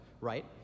right